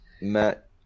Matt